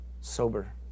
Sober